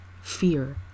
Fear